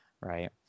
right